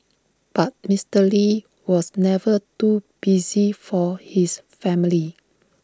but Mister lee was never too busy for his family